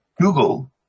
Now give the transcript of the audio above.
Google